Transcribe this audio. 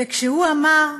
וכשהוא אמר: